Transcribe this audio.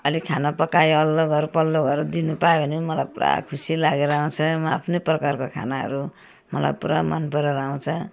अलिक खाना पकायो वल्लो घर पल्लो घर दिनु पायो भने नि मलाई पुरा खुसी लागेर आउँछ म आफ्नै प्रकारको खानाहरू मलाई पुरा मन परेर आउँछ